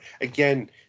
Again